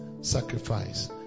sacrifice